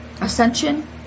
ascension